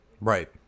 Right